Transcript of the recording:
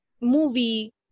movie